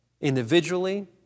individually